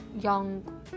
young